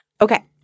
Okay